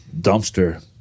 dumpster